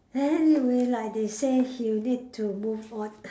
anyway like they say he'll need to move on